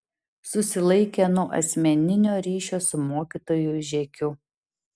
susilaikė nuo asmeninio ryšio su mokytoju žekiu